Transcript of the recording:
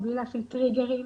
או בלי להפעיל טריגרים,